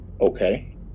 Okay